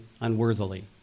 unworthily